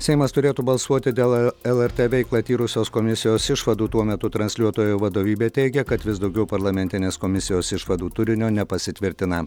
seimas turėtų balsuoti dėl lrt veiklą tyrusios komisijos išvadų tuo metu transliuotojo vadovybė teigia kad vis daugiau parlamentinės komisijos išvadų turinio nepasitvirtina